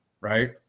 right